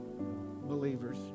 believers